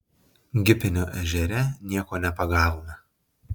gipinio ežere nieko nepagavome